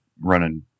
running